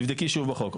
תבדקי שוב בחוק.